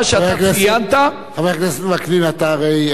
וקנין, אתה הרי אחד מהאנשים, באמת, בסתר,